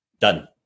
Done